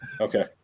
Okay